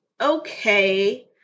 okay